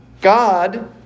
God